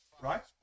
right